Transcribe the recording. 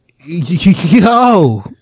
Yo